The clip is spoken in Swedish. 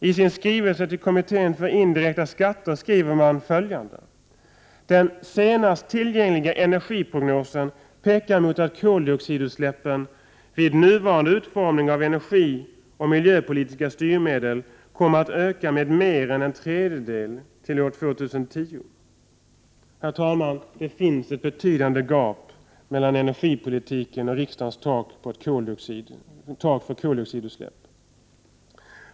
I sin skrivelse till kommittén för indirekta skatter skriver man följande: ”Den senast tillgängliga energiprognosen pekar mot att koldioxidutsläppen — vid nuvarande utformning av energioch miljöpolitiska styrmedel — kommer att öka med mer än en tredjedel till år 2010”. Herr talman! Det finns ett betydande gap mellan energipolitiken och riksdagens tak för koldioxidutsläpp.